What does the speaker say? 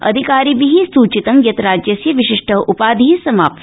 अधिकारिभि सूचितं यत् राज्यस्य विशिट उपाधि समाप्त